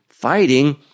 fighting